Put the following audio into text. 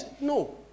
No